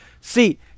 see